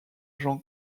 jean